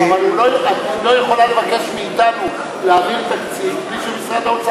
אבל הוא לא יכול לבקש מאתנו להעביר תקציב בלי שמשרד האוצר,